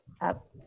up